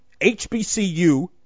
HBCU